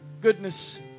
Goodness